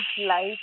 life